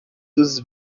dos